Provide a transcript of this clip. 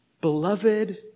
beloved